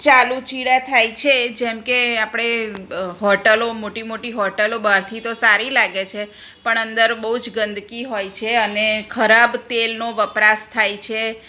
ચાલુ ચેડાં થાય છે જેમ કે આપણે હોટલો મોટી મોટી હોટલો બહારથી તો સારી લાગે છે પણ અંદર બહુ જ ગંદકી હોય છે અને ખરાબ તેલનો વપરાશ થાય છે